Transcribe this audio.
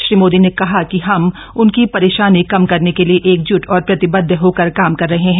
श्री मोदी ने कहा कि हम उनकी परेशानी कम करने के लिए एकजुट और प्रतिबद्ध होकर काम कर रहे हैं